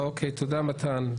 תודה, מתן.